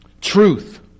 Truth